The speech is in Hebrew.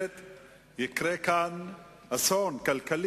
ובכנסת, בתקופה של 45 ימים".